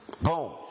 Boom